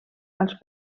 als